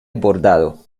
bordado